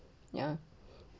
ya